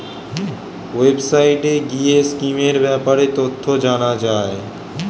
ওয়েবসাইটে গিয়ে স্কিমের ব্যাপারে তথ্য জানা যায়